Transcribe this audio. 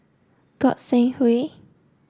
Goi Seng Hui